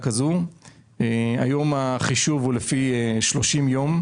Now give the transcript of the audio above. היום הוא לפי 30 יום.